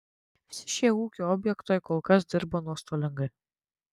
visi šie ūkio objektai kol kas dirba nuostolingai